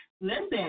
Listen